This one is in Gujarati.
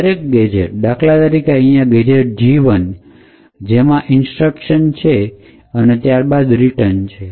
દરેક ગેજેટ દાખલા તરીકે અહિયાં ગેજેટ G ૧ છે જેમાં ઇન્સ્ટ્રક્શન છે અને ત્યારબાદ રિટર્ન છે